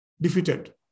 defeated